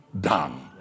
done